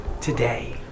today